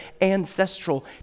ancestral